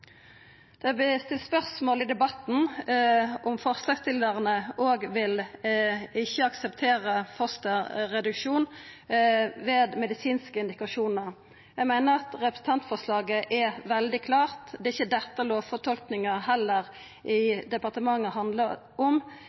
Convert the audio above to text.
i debatten stilt spørsmål om forslagsstillarane heller ikkje vil akseptera fosterreduksjon ved medisinske indikasjonar. Eg meiner at representantforslaget er veldig klart, det er heller ikkje dette lovtolkinga i departementet handlar om.